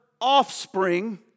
offspring